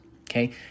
okay